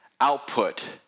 output